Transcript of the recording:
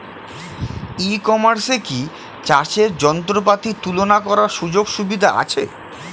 ই কমার্সে কি চাষের যন্ত্রপাতি তুলনা করার সুযোগ সুবিধা আছে?